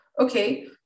Okay